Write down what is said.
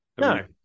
No